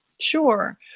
Sure